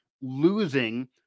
losing